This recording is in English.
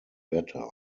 better